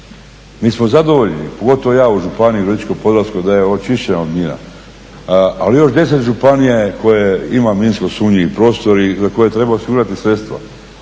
Mi smo zadovoljni, pogotovo ja u županiji Virovitičko-podravskoj da je očišćena od mina. Ali još 10 županija je koje imaju minsko sumnjivih prostora za koje treba osigurati sredstva.